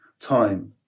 time